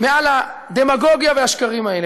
מעל הדמגוגיה והשקרים האלה.